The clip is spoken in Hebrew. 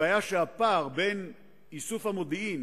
הבעיה היא שהפער בין איסוף המודיעין